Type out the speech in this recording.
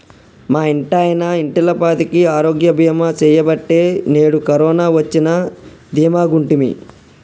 మా ఇంటాయన ఇంటిల్లపాదికి ఆరోగ్య బీమా సెయ్యబట్టే నేడు కరోన వచ్చినా దీమాగుంటిమి